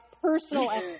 personal